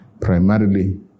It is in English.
primarily